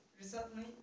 recently